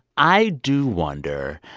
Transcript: i do wonder,